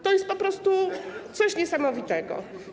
To jest po prostu coś niesamowitego.